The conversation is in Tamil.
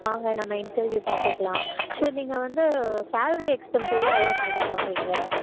வாங்க நம்ம இன்டர்வியூ பார்த்துக்கலாம் சரி நீங்கள் வந்து சாலரி எக்பென்ஸெலாம் எவ்வளோம்மா எதிர் பார்க்குறீங்க